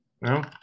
No